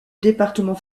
département